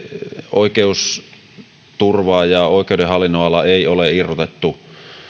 oikeusturvaa ja oikeuden hallinnonalaa ei ole irrotettu